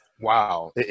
Wow